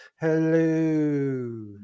Hello